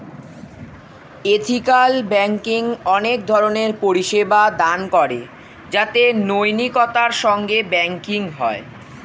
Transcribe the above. ethical banking অনেক ধরণের পরিষেবা দান করে যাতে নৈতিকতার সঙ্গে ব্যাঙ্কিং হয়